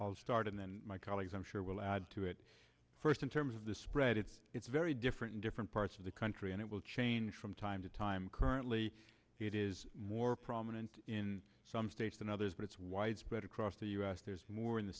i'll start and then my colleagues i'm sure will add to it first in terms of the spread it's it's very different in different parts of the country and it will change from time to time currently it is more prominent in some states than others but it's widespread across the u s there's more in the